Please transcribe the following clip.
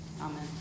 Amen